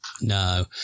No